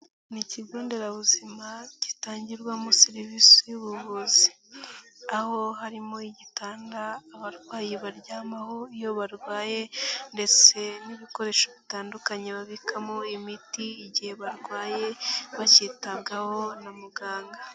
Ni ikigo nderabuzima gitangirwamo serivisi y'ubuvuzi, aho harimo gitanga abarwayi baryamaho iyo barwaye ndetse n'ibikoresho bitandukanye babikamo imiti igihe barwaye bacyitabwaho na muganga.